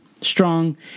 strong